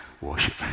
worship